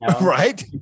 Right